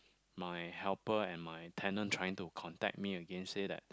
my helper and my tenant trying to contact me again say that